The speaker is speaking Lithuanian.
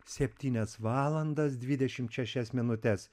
septynias valandas dvidešimt šešias minutes